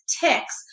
ticks